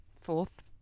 fourth